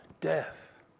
death